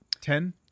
Ten